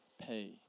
pay